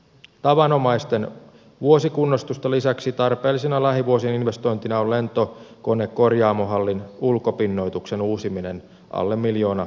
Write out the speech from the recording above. tavanomaisten vuosikunnostusten lisäksi tarpeellisena lähivuosien investointina on lentokonekorjaamohallin ulkopinnoituksen uusiminen alle miljoona euroa